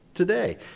today